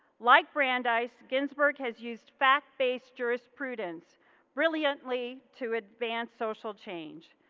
like brandeis, ginsburg has used fact based jurisprudence brilliantly to advance social change,